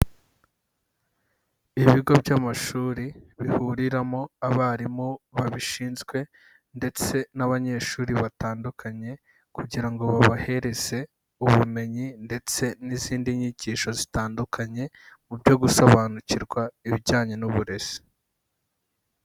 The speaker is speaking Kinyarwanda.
Ibigo by'amashuri bihuriramo abarimu babishinzwe ndetse n'abanyeshuri batandukanye kugira ngo babahereze ubumenyi ndetse n'izindi nyigisho zitandukanye mu byo gusobanukirwa ibijyanye n'uburezi.